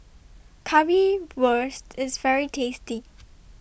Currywurst IS very tasty